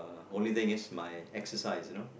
only thing is my exercise you know